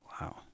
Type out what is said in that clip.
Wow